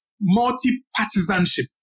multi-partisanship